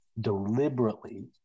deliberately